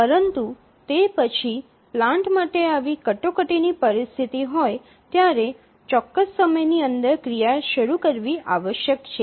પરંતુ તે પછી પ્લાન્ટ માટે આવી કટોકટીની પરિસ્થિતિ હોય ત્યારે ચોક્કસ સમયની અંદર ક્રિયા શરૂ કરવી આવશ્યક છે